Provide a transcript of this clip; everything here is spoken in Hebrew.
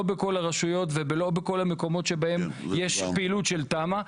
בכל הרשויות ולא בכל המקומות שבהם יש פעילות של תמ"א.